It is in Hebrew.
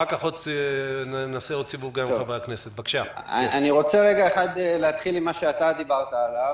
אני רוצה להתחיל עם מה שאתה דיברת עליו.